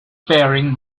faring